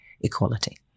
equality